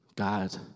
God